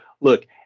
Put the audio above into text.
look